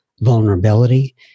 vulnerability